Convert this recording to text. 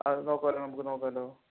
അതു നോക്കാമല്ലോ നമുക്ക് നോക്കാമല്ലോ